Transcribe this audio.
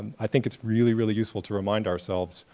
i think it's really really useful to remind ourselves,